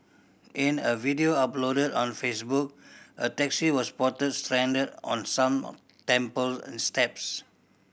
in a video uploaded on Facebook a taxi was spotted stranded on some temple steps